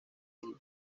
allí